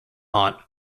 aunt